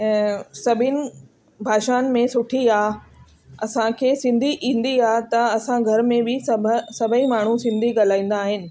हे भाषा असांजी सभिनि भाषाउनि में सुठी आहे असांखे सिंधी ईंदी आहे त असां घर में बि सभु सभई माण्हू सिंधी ॻाल्हाईंदा आहिनि